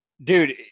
dude